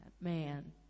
man